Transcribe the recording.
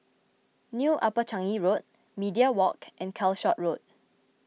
New Upper Changi Road Media Walk and Calshot Road